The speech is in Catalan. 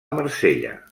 marsella